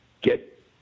get